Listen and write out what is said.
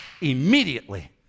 Immediately